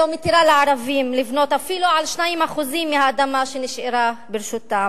לא מתירה לערבים לבנות אפילו על 2% מהאדמה שנשארה ברשותם.